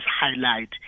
highlight